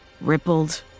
rippled